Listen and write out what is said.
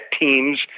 teams –